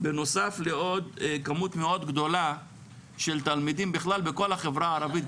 בנוסף לעוד כמות מאוד גדולה של תלמידים בכל החברה הערבית,